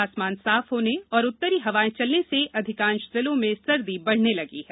आसमान साफ होने और उत्तरी हवाएं चलने से अधिकांश जिलों में सर्दी बढ़ने लगी है